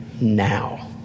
now